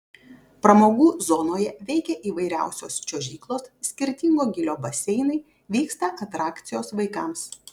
pramogų zonoje veikia įvairiausios čiuožyklos skirtingo gylio baseinai vyksta atrakcijos vaikams